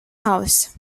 house